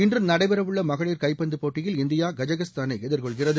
இன்று நடைபெறவுள்ள மகளிர் கைப்பந்து போட்டியில் இந்தியா கஜகஸ்தானை எதிர்கொள்கிறது